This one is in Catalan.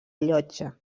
llotja